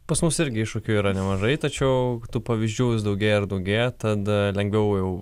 pas mus irgi iššūkių yra nemažai tačiau tų pavyzdžių vis daugėja ir daugėja tada lengviau jau